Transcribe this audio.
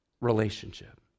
relationship